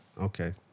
Okay